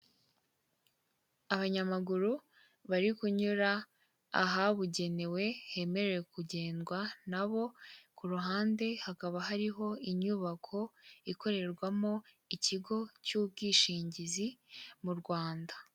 Abanyamaguru bari kunyura ahabugenewe hemerewe kugendwa na bo, ku ruhande hakaba hariho inyubako ikorerwamo ikigo cy'ubwishingizi mu Rwanda.